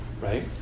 right